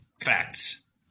facts